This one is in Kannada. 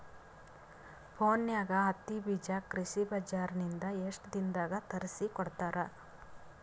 ಫೋನ್ಯಾಗ ಹತ್ತಿ ಬೀಜಾ ಕೃಷಿ ಬಜಾರ ನಿಂದ ಎಷ್ಟ ದಿನದಾಗ ತರಸಿಕೋಡತಾರ?